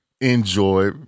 enjoy